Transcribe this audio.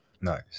Nice